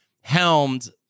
helmed